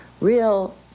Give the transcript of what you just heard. real